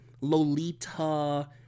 Lolita